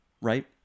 right